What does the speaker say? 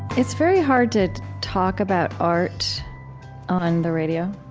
it's very hard to talk about art on the radio.